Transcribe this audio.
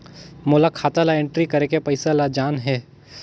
मोला खाता ला एंट्री करेके पइसा ला जान हे?